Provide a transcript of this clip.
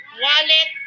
wallet